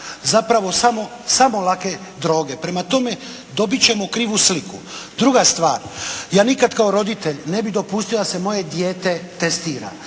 Zapravo samo lake droge. Prema tome, dobit ćemo krivu sliku. Druga stvar. Ja nikad kao roditelj ne bi dopustio da se moje dijete testira,